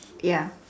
ya